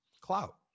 Clout